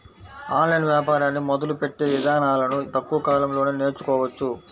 online వ్యాపారాన్ని మొదలుపెట్టే ఇదానాలను తక్కువ కాలంలోనే నేర్చుకోవచ్చు